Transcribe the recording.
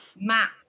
map